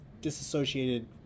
disassociated